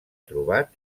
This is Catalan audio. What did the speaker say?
trobat